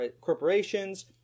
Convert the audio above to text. corporations